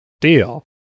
deal